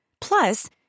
Plus